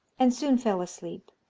and soon fell asleep.